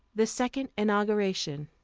the second inauguration